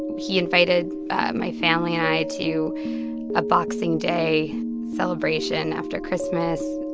he invited my family and i to a boxing day celebration after christmas.